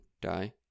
die